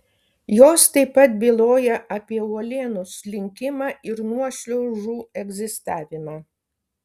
jos taip pat byloja apie uolienų slinkimą ir nuošliaužų egzistavimą